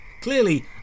Clearly